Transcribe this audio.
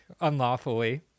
unlawfully